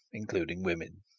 including women.